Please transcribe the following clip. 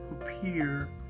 appear